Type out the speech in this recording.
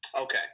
okay